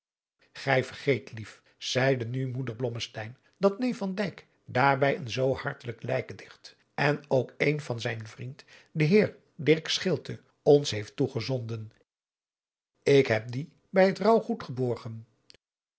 gij vergeet lief zeide nu moeder blommesteyn dat neef van dyk daarbij een zoo hartelijk lijkdicht en ook een van zijn vriend de heer dirk schilte ons heeft toegezonden ik heb die bij het rouwgoed geborgen